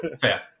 fair